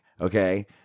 Okay